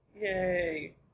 Yay